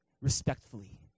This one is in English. respectfully